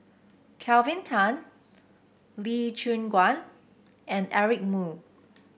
Kelvin Tan Lee Choon Guan and Eric Moo